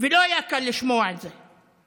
ולא היה קל לשמוע את זה.